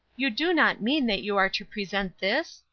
you do not mean that you are to present this?